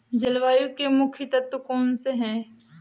जलवायु के मुख्य तत्व कौनसे हैं?